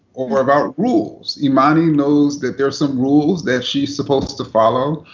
or about rules. imani knows that there's some rules that she's supposed to follow,